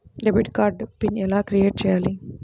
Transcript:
Debit card pin ఎలా create చెయ్యాలి?